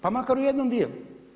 Pa makar u jednom dijelu.